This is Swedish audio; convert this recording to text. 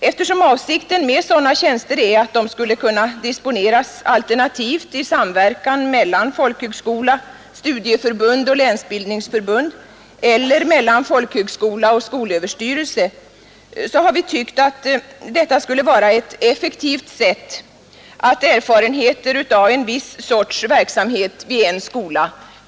Eftersom avsikten med sådana tjänster är att de skulle kunna disponeras alternativt i samverkan mellan folkhögskola, studieförbund och länsbildningsförbund eller mellan folkhögskolorna och skolöverstyrelsen, har vi tyckt att detta skulle vara ett effektivt sätt att delge de olika skolorna erfarenheter av en viss sorts verksamhet vid en skola.